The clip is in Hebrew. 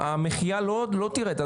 המחייה לא תרד.